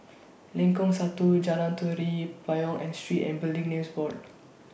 Lengkong Satu Jalan Tari Payong and Street and Building Names Board